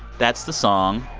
that's the song.